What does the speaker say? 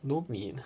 no meat